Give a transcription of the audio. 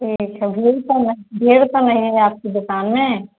ठीक है भीड़ तो नहीं भीड़ तो नहीं है आपकी दुकान में